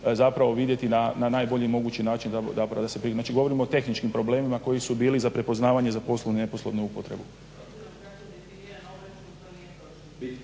zapravo vidjeti na najbolji mogući način zapravo da se. Znači, govorim o tehničkim problemima koji su bili za prepoznavanje za poslovnu i neposlovnu upotrebu.